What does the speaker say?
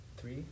three